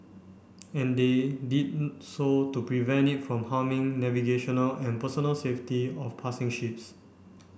and they did so to prevent it from harming navigational and personnel safety of passing ships